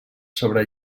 sobre